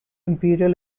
imperial